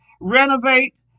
renovate